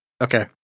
Okay